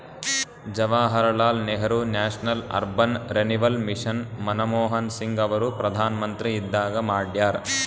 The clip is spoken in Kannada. Jawaharlal Nehru national urban renewal mission Manmohan Singh ಅವರು ಪ್ರಧಾನ್ಮಂತ್ರಿ ಇದ್ದಾಗ ಮಾಡ್ಯಾರ್